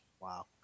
Wow